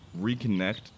reconnect